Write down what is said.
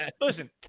listen